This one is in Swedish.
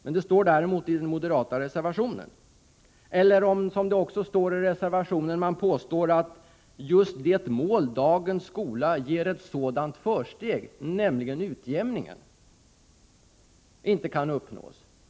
Man påstår också i reservationen att just det mål dagens skola ger försteg, nämligen utjämningen, inte kan uppnås.